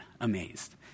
amazed